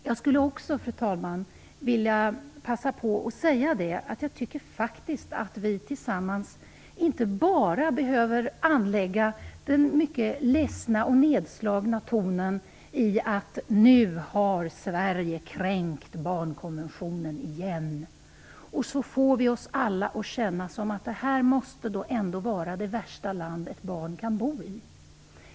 Jag skulle också, fru talman, vilja passa på att säga att jag tycker att vi tillsammans inte behöver anlägga den mycket ledsna och nedslagna tonen och säga: Nu har Sverige kränkt barnkonventionen igen! Det får oss alla att känna att det här ändå måste vara det värsta land barn kan bo i.